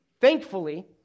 Thankfully